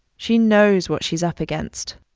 she knows what she's up against.